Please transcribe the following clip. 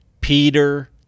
Peter